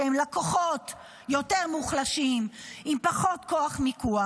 שהם לקוחות יותר מוחלשים עם פחות כוח מיקוח.